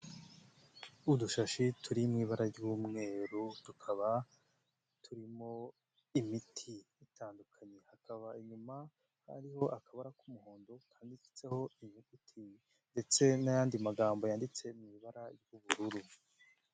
Udushashi turi mu ibara ry'umweru tukaba, turimo imiti itandukanye. Hakaba inyuma hariho akabara k'umuhondo kanditseho inyuguti ndetse n'ayandi magambo yanditse mu ibara ry'ubururu.